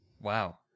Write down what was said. Wow